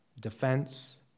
defense